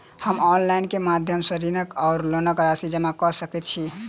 हम ऑनलाइन केँ माध्यम सँ ऋणक वा लोनक राशि जमा कऽ सकैत छी?